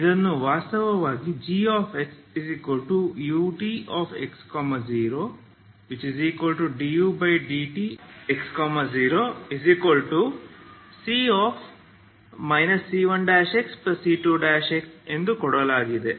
ಇದನ್ನು ವಾಸ್ತವವಾಗಿ gxutx0 dudt|x0c c1xc2 ಎಂದು ಕೊಡಲಾಗಿದೆ